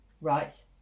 right